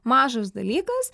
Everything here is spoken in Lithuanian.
mažas dalykas